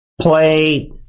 play